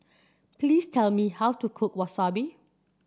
please tell me how to cook Wasabi